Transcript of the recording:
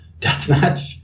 Deathmatch